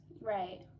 Right